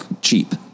cheap